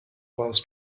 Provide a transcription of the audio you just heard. was